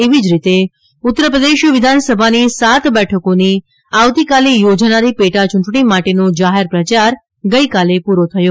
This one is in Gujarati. એવી જ રીતે ઉત્તરપ્રદેશ વિધાનસભાની સાત બેઠકોની આવતીકાલે યોજાનારી પેટા ચૂંટણી માટેનો જાહેર પ્રચાર ગઈકાલે પૂરો થયો